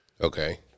Okay